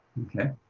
okay.